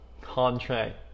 contract